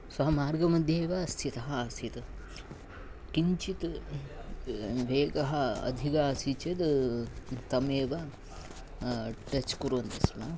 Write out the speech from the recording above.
स्वः मार्गमध्ये एव स्थितः आसीत् किञ्चित् वेगः अधिकः आसीत् चेत् तमेव टच् कुर्वन्ति स्म